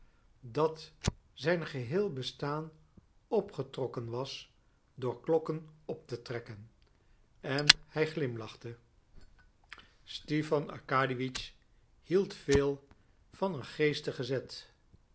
dat zijn geheel bestaan opgetrokken was door klokken op te trekken en hij glimlachte stipan arkadiewitsch hield veel van een geestigen zet